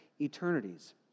eternities